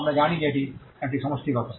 আমরা জানি যে এটি একটি সমষ্টিগত